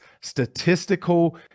statistical